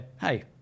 hey